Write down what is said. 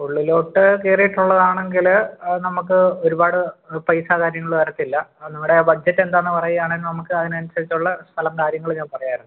ഉള്ളിലോട്ട് കയറിയിട്ടുള്ളതാണെങ്കിൽ നമുക്ക് ഒരുപാട് പൈസ കാര്യങ്ങൾ വരത്തില്ല അത് നിങ്ങളുടെ ബഡ്ജറ്റ് എന്താണെന്ന് പറയാണെ അതിന് അനുസരിച്ചുള്ള സ്ഥലം കാര്യങ്ങൾ ഞാൻ പറയാമായിരുന്നു